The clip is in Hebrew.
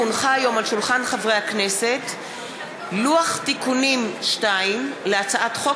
כי הונח היום על שולחן הכנסת לוח תיקונים 2 להצעת חוק